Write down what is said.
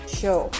show